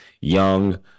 Young